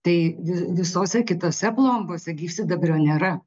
tai visose kitose plombose gyvsidabrio nėra